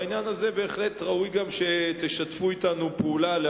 בעניין הזה בהחלט ראוי שתשתפו אתנו פעולה כדי